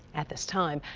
at this time,